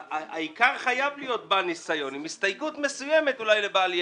שהוועדה הזאת תהיה לה סמכות חוקית והיא לא רק תהיה ועדה